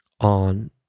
on